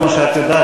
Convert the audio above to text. כמו שאת יודעת,